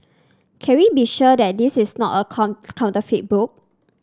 can we be sure that this is not a counterfeit book